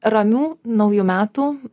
ramių naujų metų